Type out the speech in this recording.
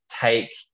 take